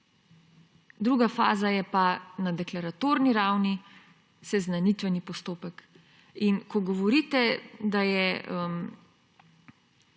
druga faza je pa na deklaratorni ravni, seznanitveni postopek. Ko govorite, da je